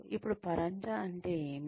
ఇప్పుడు పరంజా అంటే ఏమిటి